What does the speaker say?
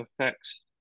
affects